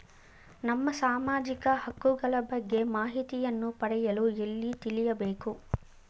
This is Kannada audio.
ನಮ್ಮ ಸಾಮಾಜಿಕ ಹಕ್ಕುಗಳ ಬಗ್ಗೆ ಮಾಹಿತಿಯನ್ನು ಪಡೆಯಲು ಎಲ್ಲಿ ತಿಳಿಯಬೇಕು?